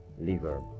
liver